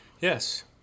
Yes